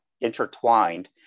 intertwined